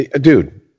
dude